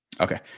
Okay